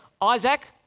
Isaac